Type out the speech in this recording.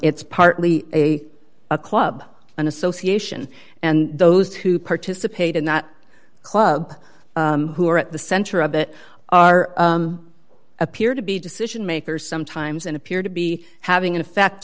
it's partly a a club an association and those who participate in that club who are at the center of it are appear to be decision makers sometimes and appear to be having an effect